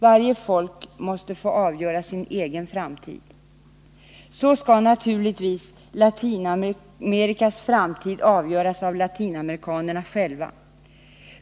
Varje folk måste få avgöra sin egen framtid. Så skall naturligtvis Latinamerikas framtid avgöras av latinamerikanerna själva.